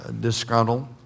disgruntled